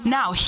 Now